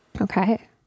okay